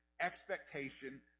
expectation